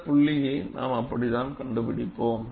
இந்த புள்ளியை நாம் அப்படித்தான் கண்டுபிடிப்போம்